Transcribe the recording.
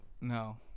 No